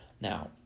Now